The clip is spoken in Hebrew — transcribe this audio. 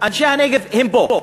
אנשי הנגב הם פה,